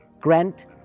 grant